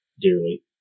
dearly